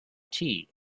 tea